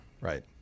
Right